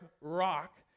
rock